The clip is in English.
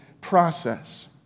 process